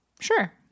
Sure